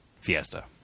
Fiesta